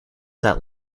that